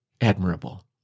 admirable